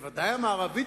בוודאי המערבית,